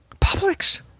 Publix